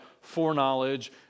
foreknowledge